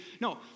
No